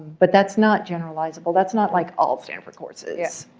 but that's not generalizable. that's not like all stanford courses. yeah